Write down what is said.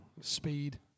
Speed